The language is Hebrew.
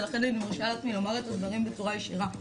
ולכן אני מרשה לעצמי לומר את הדברים בצורה ישירה,